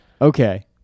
Okay